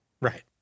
right